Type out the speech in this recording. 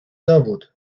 dowód